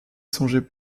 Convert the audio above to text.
songeait